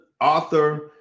author